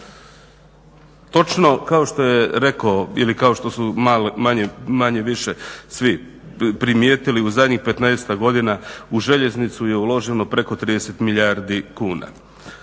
Točno kao što je rekao ili kao što su manje-više svi primjetili u zadnjih 15-ak godina, u željeznicu je uloženo preko 30 milijardi kuna.